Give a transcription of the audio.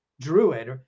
druid